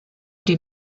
die